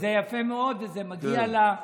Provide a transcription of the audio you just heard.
זה יפה מאוד, וזה מגיע לה.